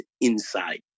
inside